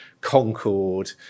Concorde